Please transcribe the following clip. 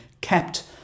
kept